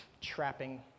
trapping